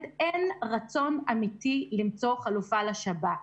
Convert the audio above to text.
אין רצון אמיתי למצוא חלופה לשב"כ.